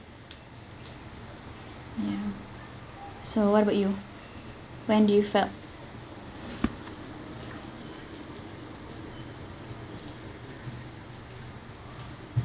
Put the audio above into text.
ya so what about you when do you felt